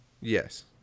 Yes